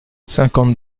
cinquante